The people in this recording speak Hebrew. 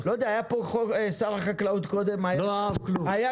היה פה קודם שר החקלאות, היה קשה.